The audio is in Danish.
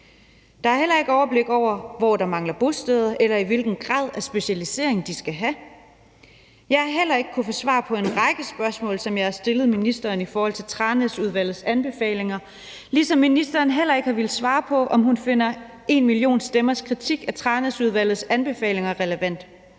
Der er heller ikke overblik over, hvor der mangler bosteder, eller hvilken grad af specialisering de skal have. Jeg har heller ikke kunnet få svar på en række spørgsmål, som jeg har stillet ministeren i forhold til Tranæsudvalgets anbefalinger, ligesom ministeren heller ikke har villet svare på, om hun finder #enmillionstemmers kritik af Tranæsudvalgets anbefalinger relevant.